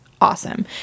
awesome